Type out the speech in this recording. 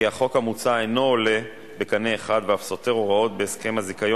כפוף לתנאים כמפורט בחוק המוצע, ונוסף לזיכיון,